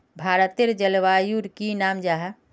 भारतेर जलवायुर की नाम जाहा?